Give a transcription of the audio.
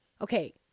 okay